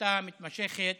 השביתה המתמשכת